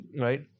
right